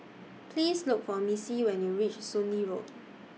Please Look For Missie when YOU REACH Soon Lee Road